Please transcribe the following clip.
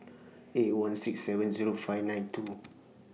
eight one six seven Zero five nine two